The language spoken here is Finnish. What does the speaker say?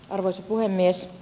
arvoisa puhemies